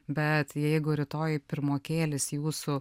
bet jeigu rytoj pirmokėlis jūsų